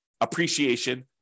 appreciation